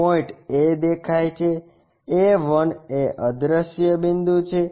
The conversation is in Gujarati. પોઇન્ટ A દેખાય છે A1 એ અદૃશ્ય બિંદુ છે